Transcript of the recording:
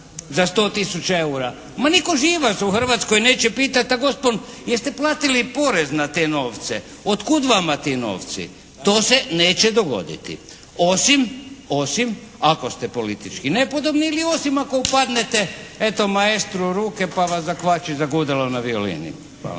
za 100 tisuća eura. Ma nitko živ vas u Hrvatskoj neće pitati, pa gospon jeste platili porez na te novce? Od kuda vama ti novci? To se neće dogoditi. Osim ako ste politički nepodobni ili osim ako upadnete eto, "maestru" u ruke pa vas zakvači za gudilo na violini. Hvala.